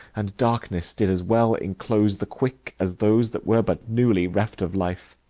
and darkness did as well enclose the quick as those that were but newly reft of life.